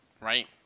right